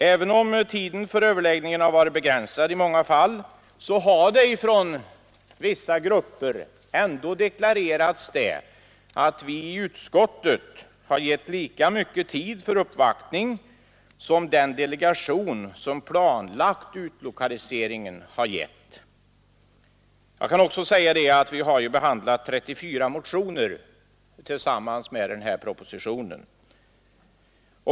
Även om tiden för överläggningar varit begränsad i många fall har vissa grupper ändå deklarerat att vi i utskottet har gett lika mycket tid för uppvaktning som den delegation som planlagt utlokaliseringen har gett dem. Vi har i utskottet också behandlat 34 motioner tillsammans med propositionen.